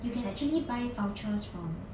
you can actually buy vouchers from